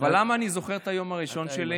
למה אני זוכר את היום הראשון שלי?